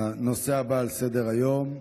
הנושא הבא על סדר-היום,